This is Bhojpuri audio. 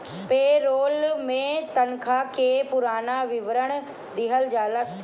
पे रोल में तनखा के पूरा विवरण दिहल जात हवे